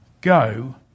go